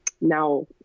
now